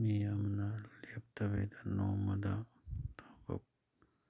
ꯃꯤ ꯑꯃꯅ ꯂꯦꯞꯇꯕꯤꯗ ꯅꯣꯡꯃꯗ ꯊꯕꯛ